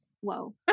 whoa